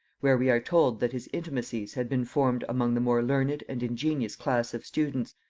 where we are told that his intimacies had been formed among the more learned and ingenious class of students,